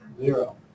Zero